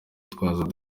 tuzaba